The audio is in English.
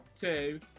two